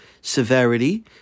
severity